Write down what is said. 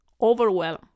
overwhelm